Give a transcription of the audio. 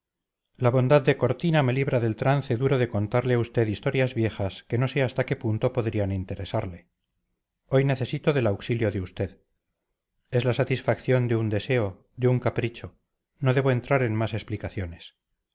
la bondad de cortina me libra del trance duro de contarle a usted historias viejas que no sé hasta qué punto podrían interesarle hoy necesito del auxilio de usted es la satisfacción de un deseo de un capricho no debo entrar en más explicaciones